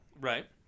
right